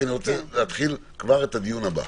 כי אני רוצה להתחיל כבר את הדיון הבא.